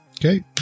Okay